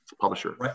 publisher